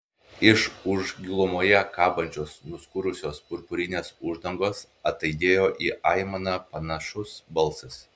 iš už gilumoje kabančios nuskurusios purpurinės uždangos ataidėjo į aimaną panašus balsas